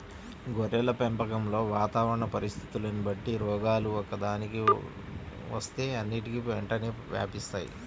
గొర్రెల పెంపకంలో వాతావరణ పరిస్థితులని బట్టి రోగాలు ఒక్కదానికి వస్తే అన్నిటికీ వెంటనే వ్యాపిస్తాయి